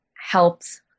helps